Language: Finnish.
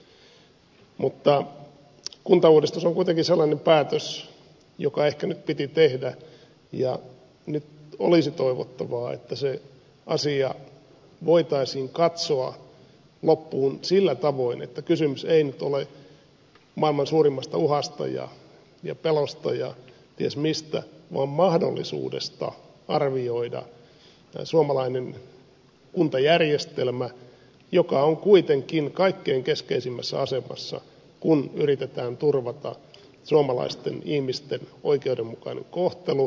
mutta kuntauudistus on kuitenkin sellainen päätös joka ehkä nyt piti tehdä ja nyt olisi toivottavaa että se asia voitaisiin katsoa loppuun sillä tavoin että kysymys ei nyt ole maailman suurimmasta uhasta ja pelosta ja ties mistä vaan mahdollisuudesta arvioida suomalainen kuntajärjestelmä joka on kuitenkin kaikkein keskeisimmässä asemassa kun yritetään turvata suomalaisten ihmisten oikeudenmukainen kohtelu